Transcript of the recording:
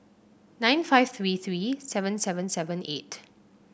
nine five three three seven seven seven eight